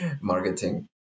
Marketing